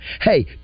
Hey